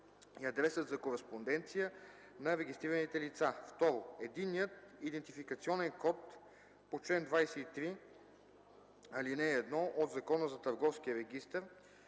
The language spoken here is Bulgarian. и адресът за кореспонденция на регистрираните лица; 2. единният идентификационен код по чл. 23, ал. 1 от Закона за Търговския регистър